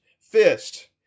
fist